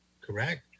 correct